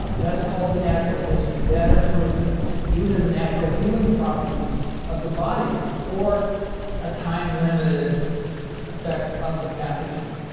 that's called the natural history. that improvement due to the natural healing properties of the body or a time limited affect of the pathogen.